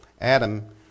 Adam